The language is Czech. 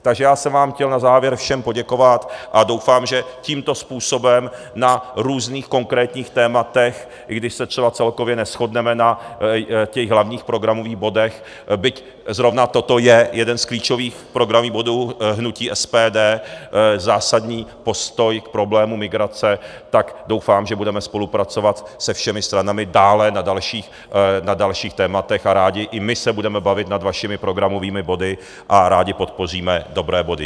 Takže já jsem vám chtěl na závěr všem poděkovat a doufám, že tímto způsobem na různých konkrétních tématech, i když se třeba celkově neshodneme na hlavních programových bodech, byť zrovna toto je jeden z klíčových programových bodů hnutí SPD, zásadní postoj k problému migrace, tak doufám, že budeme spolupracovat se všemi stranami dále na dalších tématech a rádi i my se budeme bavit nad vašimi programovými body a rádi podpoříme dobré body.